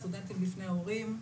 סטודנטים לפני הורים,